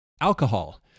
alcohol